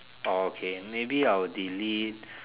orh okay maybe I will delete